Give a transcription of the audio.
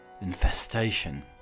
infestation